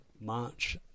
march